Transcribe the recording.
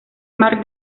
mar